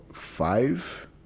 Five